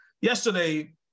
Yesterday